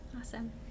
awesome